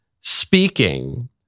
speaking